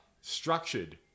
structured